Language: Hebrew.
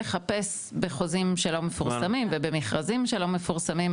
לחפש בחוזים שלא מפורסמים ובמכרזים שלא מפורסמים,